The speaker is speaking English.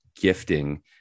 gifting